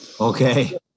Okay